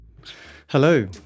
Hello